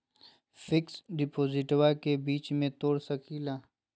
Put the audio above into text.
Fix डिपोजिटबा के बीच में तोड़ सकी ना?